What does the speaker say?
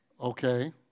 okay